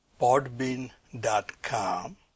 podbean.com